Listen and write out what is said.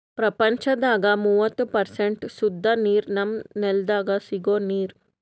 ಪ್ರಪಂಚದಾಗ್ ಮೂವತ್ತು ಪರ್ಸೆಂಟ್ ಸುದ್ದ ನೀರ್ ನಮ್ಮ್ ನೆಲ್ದಾಗ ಸಿಗೋ ನೀರ್